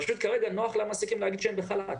פשוט כרגע נוח למעסיקים להגיד שהם בחל"ת.